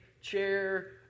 chair